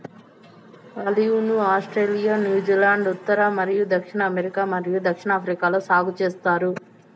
olive ను Australia, New Zealand, ఉత్తర మరియు దక్షిణ అమెరికా మరియు దక్షిణాఫ్రికాలో సాగు చేస్తారు